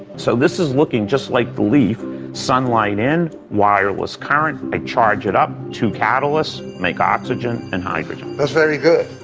so this is looking just like the leaf sunlight in, wireless current, i charge it up, two catalysts make oxygen and hydrogen. that's very good,